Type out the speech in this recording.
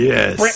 Yes